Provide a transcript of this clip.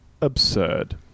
absurd